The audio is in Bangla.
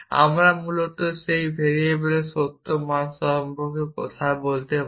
আমরা মূলত সেই ভেরিয়েবলের সত্য মান সম্পর্কে কথা বলতে পারি